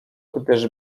gdyż